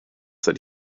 that